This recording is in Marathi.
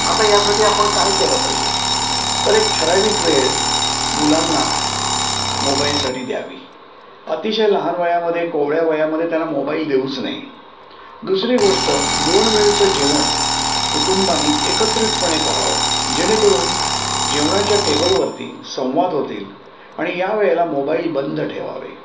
आता यासाठी आपण काय केलं पाहिजे तर एक ठराविक वेळ मुलांना मोबाईलसाठी द्यावी अतिशय लहान वयामध्ये कोवळ्या वयामध्ये त्यांना मोबाईल देऊच नाही दुसरी गोष्ट दोन वेळचं जेवण कुटुंबानी एकत्रितपणे करावं जेणेकरून जेवणाच्या टेबलवरती संवाद होतील आणि या वेळेला मोबाईल बंद ठेवावे